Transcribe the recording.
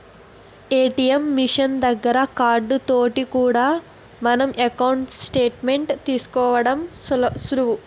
ATM machine దగ్గర card తోటి కూడా మన ఎకౌంటు స్టేట్ మెంట్ తీసుకోవడం సులువు